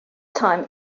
time